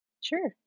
Sure